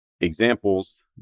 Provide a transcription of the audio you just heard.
examples